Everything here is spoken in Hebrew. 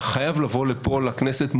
אתה חייב לבוא לפה לכנסת,